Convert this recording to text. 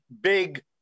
big